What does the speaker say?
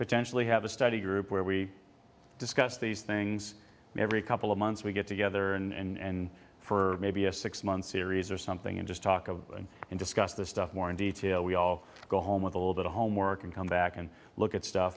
potentially have a study group where we discuss these things and every couple of months we get together and for maybe a six month series or something and just talk of and discuss the stuff more in detail we all go home with a little bit of homework and come back and look at stuff